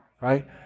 right